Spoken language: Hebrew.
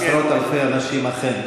עשרות אלפי אנשים, אכן.